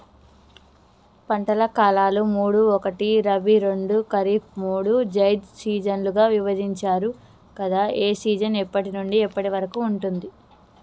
పంటల కాలాలు మూడు ఒకటి రబీ రెండు ఖరీఫ్ మూడు జైద్ సీజన్లుగా విభజించారు కదా ఏ సీజన్ ఎప్పటి నుండి ఎప్పటి వరకు ఉంటుంది?